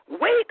Wait